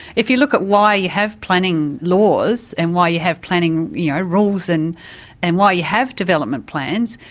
if you look at why you have planning laws and why you have planning yeah rules and and why you have development plans,